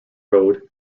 road